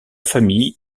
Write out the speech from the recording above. famille